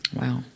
Wow